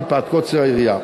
מפאת קוצר היריעה.